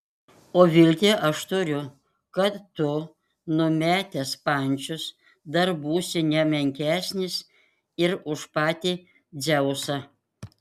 o viltį aš turiu kad tu numetęs pančius dar būsi ne menkesnis ir už patį dzeusą